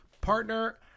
partner